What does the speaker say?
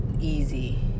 easy